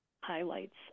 highlights